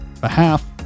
behalf